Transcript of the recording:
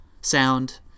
sound